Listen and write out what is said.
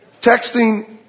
Texting